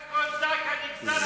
אתה הקוזק הנגזל, אתה.